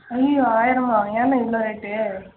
ஐயயோ ஆயிரமா ஏன்ணா இவ்வளோ ரேட்டு